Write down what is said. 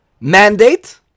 mandate